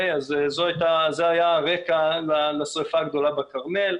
זה היה הרקע לשריפה הגדולה בכרמל,